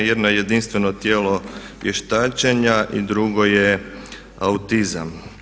Jedna je jedinstveno tijelo vještačenja i drugo je autizam.